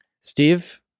Steve